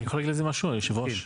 אני יכול להגיד על זה משהו היושב ראש?